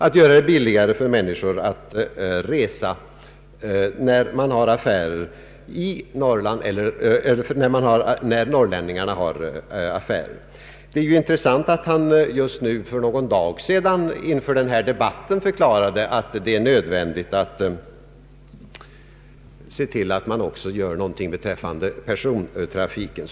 Det borde vara billigare för norrlänningarna att resa i affärer. Det är intressant att kommunikationsministern för någon dag sedan inför denna debatt förklarade att det är nödvändigt att se till att också göra någonting när det gäller persontrafiken.